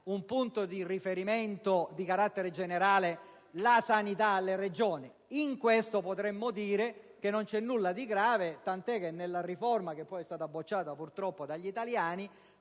un punto di riferimento di carattere generale la sanità alle Regioni perché in questo potremmo dire che non c'era nulla di grave, tant'è che nella riforma che è stata poi bocciata, purtroppo, dagli italiani